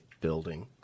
building